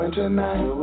tonight